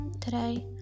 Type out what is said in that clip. Today